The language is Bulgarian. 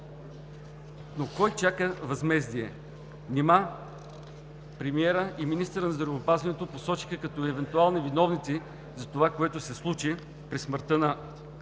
Но кой чака възмездие? Нима премиерът и министърът на здравеопазването не посочиха като евентуални виновници за това, което се случи при смъртта на тригодишния